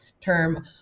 term